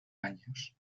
años